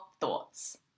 thoughts